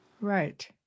Right